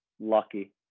lucky